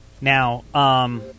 Now